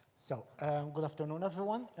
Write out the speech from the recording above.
so good afternoon, everyone.